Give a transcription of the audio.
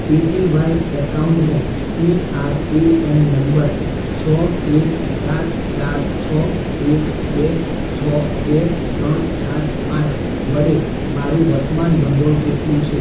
એ P Y એકાઉન્ટમાં P R A N number છ એક સાત ચાર છ એક બે છ બે ત્રણ સાત પાંચ વડે મારું વર્તમાન ભંડોળ કેટલું છે